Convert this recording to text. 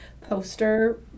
poster